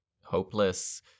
hopeless